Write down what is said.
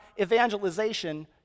evangelization